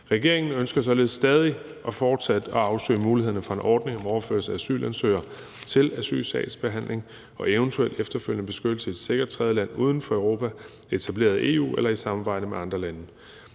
Regeringen ønsker således stadig fortsat at afsøge mulighederne for en ordning om overførsel af asylansøgere til asylsagsbehandling og eventuel efterfølgende beskyttelse i et sikkert tredjeland uden for Europa etableret af EU eller i samarbejde med andre lande.